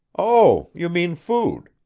oh, you mean food.